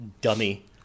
dummy